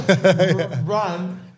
run